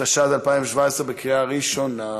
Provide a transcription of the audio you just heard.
התשע"ז 2017, בקריאה ראשונה.